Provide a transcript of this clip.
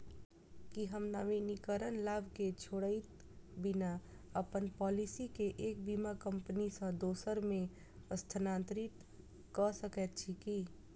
की हम नवीनीकरण लाभ केँ छोड़इत बिना अप्पन पॉलिसी केँ एक बीमा कंपनी सँ दोसर मे स्थानांतरित कऽ सकैत छी की?